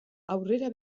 aurrera